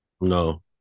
No